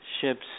ships